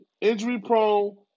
Injury-prone